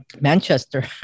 Manchester